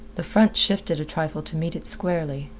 the front shifted a trifle to meet it squarely.